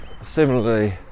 similarly